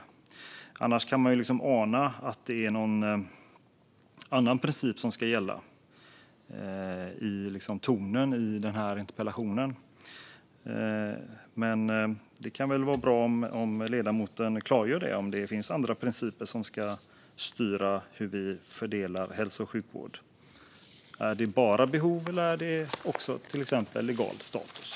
Annars kan man av tonen i denna interpellation ana att det är någon annan princip som ska gälla. Men det kan vara bra om ledamoten klargör om det finns andra principer som ska styra hur hälso och sjukvård fördelas. Är det bara behov som ska gälla, är det också till exempel legal status?